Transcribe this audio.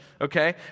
Okay